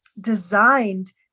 designed